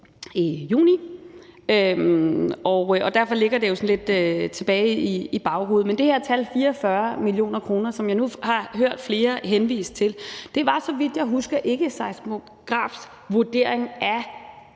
i juni, og derfor ligger det jo sådan lidt langt tilbage i hukommelsen. Men det her tal på 44 mio. kr., som jeg nu har hørt flere henvise til, var, så vidt jeg husker, ikke Seismonauts vurdering af